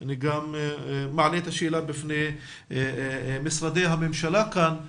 אני מעלה את השאלה בפני משרדי הממשלה הנוכחים כאן.